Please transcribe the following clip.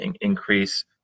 increase